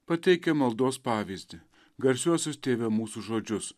pateikia maldos pavyzdį garsiuosius tėve mūsų žodžius